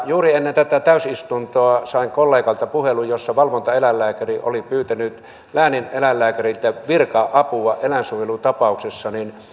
juuri ennen tätä täysistuntoa sain kollegalta puhelun jossa valvontaeläinlääkäri oli pyytänyt läänineläinlääkäriltä virka apua eläinsuojelutapauksessa